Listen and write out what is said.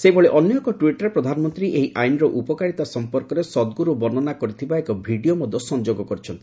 ସେହିଭଳି ଅନ୍ୟ ଏକ ଟ୍ୱିଟ୍ରେ ପ୍ରଧାନମନ୍ତ୍ରୀ ଏହି ଆଇନ୍ର ଉପକାରୀତା ସମ୍ପର୍କରେ ସଦଗୁରୁ ବର୍ଷନା କରିଥିବା ଏକ ଭିଡ଼ିଓ ମଧ୍ୟ ସଂଯୋଗ କରିଛନ୍ତି